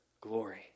glory